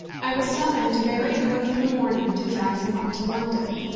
i was summoned very early in the morning, to drive him up to london.